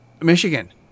Michigan